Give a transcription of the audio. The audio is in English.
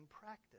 practice